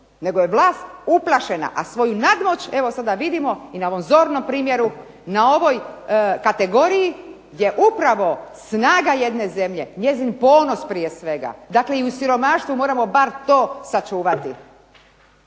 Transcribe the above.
nego je vlast uplašena a svoju nadmoć evo sada vidimo i na ovom zornom primjeru na ovoj kategoriji gdje upravo snaga jedne zemlje njezin ponos prije svega, dakle i u siromaštvu moramo bar to sačuvati.